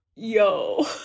Yo